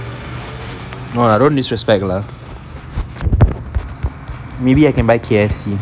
no I don't disrespect lah maybe I can buy K_F_C